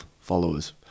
followers